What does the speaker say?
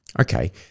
okay